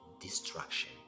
destruction